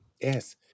Yes